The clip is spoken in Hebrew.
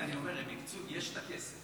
רק אני אומר, יש את הכסף.